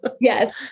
yes